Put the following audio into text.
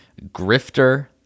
grifter